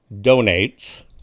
donates